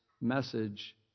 message